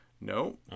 No